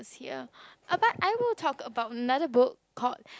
ya but I will talk about another book called